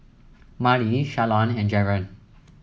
Marlie Shalon and Jaron